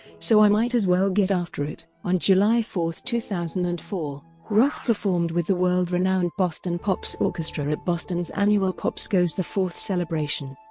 so i might as well get after it! on july four, two thousand and four, roth performed with the world-renowned boston pops orchestra at boston's annual pops goes the fourth celebration.